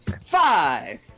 Five